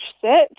Search